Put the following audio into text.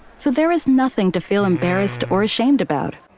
so there is nothing to feel embarrassed or ashamed about.